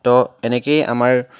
ত' এনেকেই আমাৰ